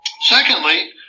Secondly